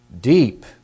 Deep